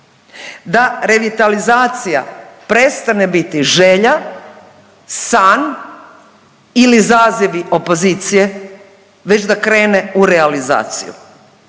da revitalizacija prestane biti želja, san ili zazivi opozicije već da krene u realizaciju.